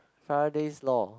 Faraday's law